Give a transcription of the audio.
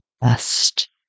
best